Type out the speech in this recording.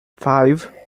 five